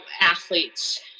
athletes